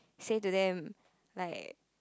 say to them like